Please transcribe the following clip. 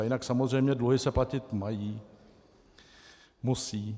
Jinak samozřejmě, dluhy se platit mají, musí.